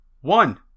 One